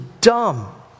dumb